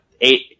eight